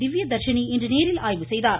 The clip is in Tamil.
திவ்யதர்சினி இன்று நேரில் ஆய்வு செய்தார்